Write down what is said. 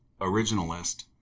originalist